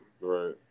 right